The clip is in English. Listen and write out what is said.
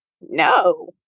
No